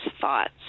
thoughts